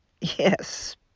Yes